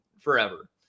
forever